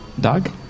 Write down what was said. Doug